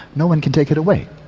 no-one can take it away,